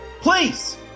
Please